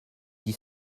dis